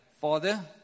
Father